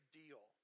deal